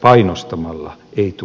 painostamalla ei tule hyvää tulosta